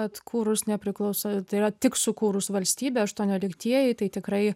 atkūrus nepriklauso tai yra tik sukūrus valstybę aštuonioliktieji tai tikrai